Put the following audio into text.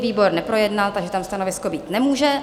Výbor neprojednal, takže tam stanovisko být nemůže.